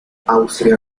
austria